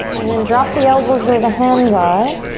and then drop the elbows where the hands are.